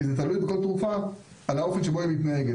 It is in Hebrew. כי זה תלוי בכל תרופה על האופן שבו היא מתנהגת.